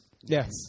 Yes